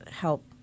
help